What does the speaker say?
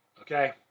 Okay